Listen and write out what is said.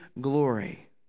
glory